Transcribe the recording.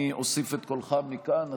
אני אוסיף את קולך מכאן,